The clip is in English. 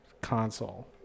console